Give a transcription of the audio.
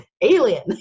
Alien